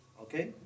Okay